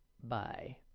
Bye